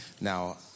Now